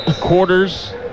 quarters